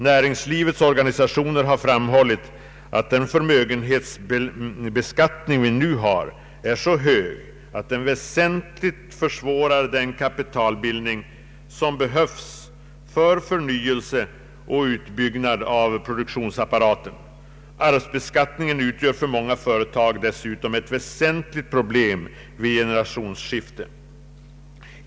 Näringslivets organisationer har framhållit att den förmögenhetsbeskattning vi nu har är så hög att den väsentligt försvårar den kapitalbildning som behövs för förnyelse och utbyggnad av produktionsapparaten. Arvsbeskattningen utgör för många företag dessutom ett väsentligt problem vid generationsskifte.